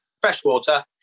Freshwater